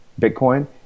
Bitcoin